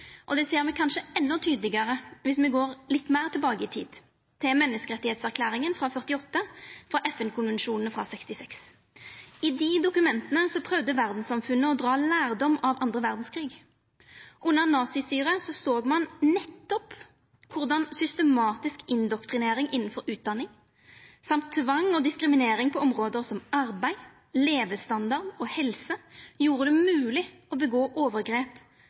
og det ser me kanskje endå tydelegare viss me går litt meir tilbake i tid, til menneskerettserklæringa frå 1948 og FN-konvensjonane frå 1966. I dei dokumenta prøvde verdssamfunnet å dra lærdom av 2. verdskrig. Under nazistyret såg ein nettopp korleis systematisk indoktrinering innanfor utdanning samt tvang og diskriminering på område som arbeid, levestandard og helse gjorde det mogleg å gjera overgrep,